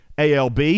ALB